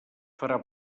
farà